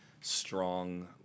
strong